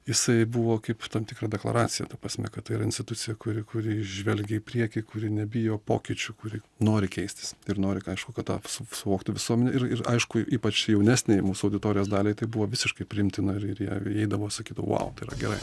jisai buvo kaip tam tikra deklaracija ta prasme kad tai yra institucija kuri kuri žvelgia į priekį kuri nebijo pokyčių kuri nori keistis ir nori kad aišku kad tą suvoktų visuomenė ir ir aišku ypač jaunesnei mūsų auditorijos daliai tai buvo visiškai priimtina ir ir jie eidavo sakydavau vau tai yra gerai